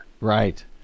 right